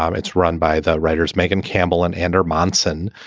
um it's run by the writers megan campbell and ander monson.